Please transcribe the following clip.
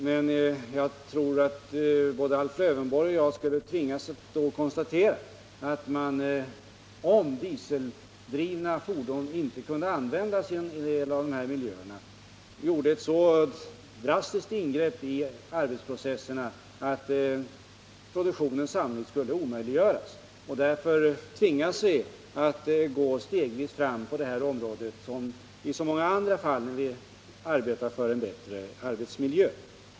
Men jag tror att både Alf Lövenborg och jag skulle tvingas att konstatera att man, om dieseldrivna fordon inte kunde användas i en del av de här miljöerna, skulle göra ett så drastiskt ingrepp i arbetsprocesserna att produktionen sannolikt skulle omöjliggöras. Därför tvingas vi att gå stegvis fram här som i så många andra fall när vi arbetar för en bättre arbetsmiljö.